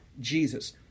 jesus